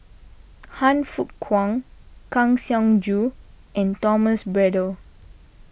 Han Fook Kwang Kang Siong Joo and Thomas Braddell